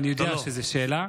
אני יודע שזאת שאלה.